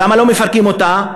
למה לא מפרקים אותה?